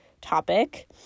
topic